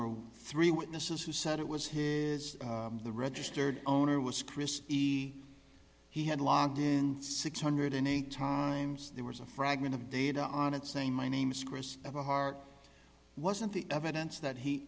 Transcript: were three witnesses who said it was his the registered owner was chris he he had logged in six hundred and eight times there was a fragment of data on it saying my name is chris of a heart wasn't the evidence that he